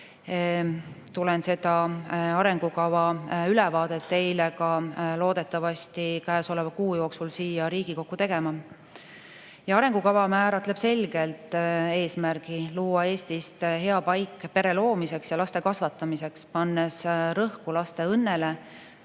Tulen seda arengukava ülevaadet teile loodetavasti käesoleva kuu jooksul siia Riigikokku tegema. Arengukava määratleb selgelt eesmärgi luua Eestist hea paik pere loomiseks ja laste kasvatamiseks, pannes rõhku laste õnnele